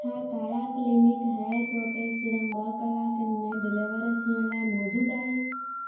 छा Kaya clinic hair protect serum ॿ कलाकनि में डिलीवर थियण लाइ मौजूद आहे